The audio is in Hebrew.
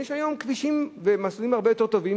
יש היום כבישים ומסלולים הרבה יותר טובים.